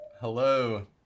Hello